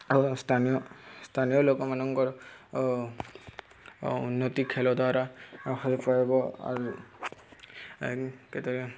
ଓ ସ୍ଥାନୀୟ ସ୍ଥାନୀୟ ଲୋକମାନଙ୍କର ଉନ୍ନତି ଖେଲ ଦ୍ୱାରା ହୋଇପାରିବ ଆଉ କେତେ